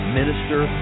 minister